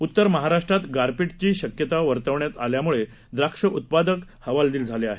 उत्तर महाराष्ट्रात गारपीट शक्यता वर्तवल्यामुळे द्राक्ष उत्पादक हवालदिल झाला आहे